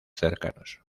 cercanos